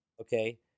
Okay